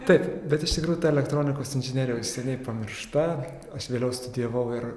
taip bet iš tikrųjų ta elektronikos inžinerija jau seniai pamiršta aš vėliau studijavau ir